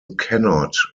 cannot